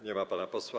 Nie ma pana posła.